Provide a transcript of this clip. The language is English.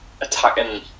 attacking